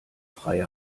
freie